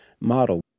model